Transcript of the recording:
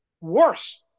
Worse